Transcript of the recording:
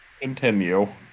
Continue